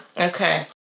okay